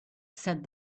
said